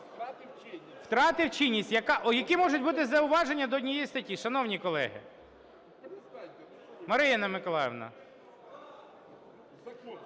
Втратив чинність. Які можуть бути зауваження до однієї статті, шановні колеги? Марія Миколаївна! Ставлю